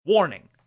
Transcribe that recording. Warning